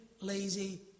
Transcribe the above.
lazy